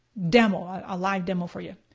demo, a live demo for ya.